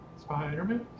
Spider-Man